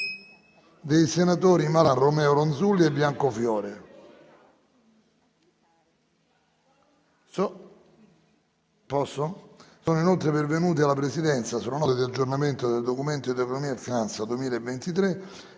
dai senatori Malan, Romeo, Ronzulli e Biancofiore. Sono inoltre pervenute alla Presidenza, sulla Nota di aggiornamento del Documento di economia e finanza 2023,